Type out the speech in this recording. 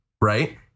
right